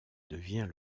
devient